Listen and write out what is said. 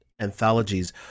anthologies